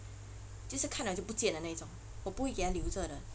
就是看了就不见的那种我不会给它留着的:jiu shi kan liao jiu bu jian de na zhong wo bu hui gei ta liu zhe de